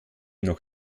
noch